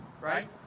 right